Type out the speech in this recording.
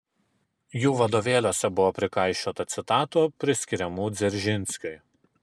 jų vadovėliuose buvo prikaišiota citatų priskiriamų dzeržinskiui